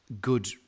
good